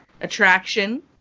attraction